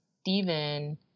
Steven